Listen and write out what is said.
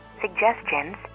suggestions